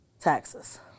taxes